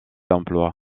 emploi